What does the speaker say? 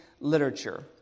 literature